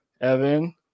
Evan